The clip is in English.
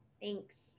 Thanks